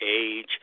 age